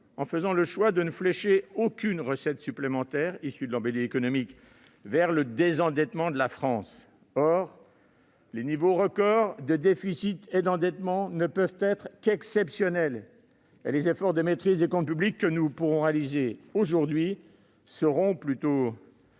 en faisant le choix de ne flécher aucune recette supplémentaire, issue de l'embellie économique, vers le désendettement de la France. Or les niveaux record de déficit et d'endettement ne peuvent qu'être exceptionnels, et les efforts de maîtrise des comptes publics que nous pourrons réaliser aujourd'hui seront les